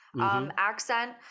accent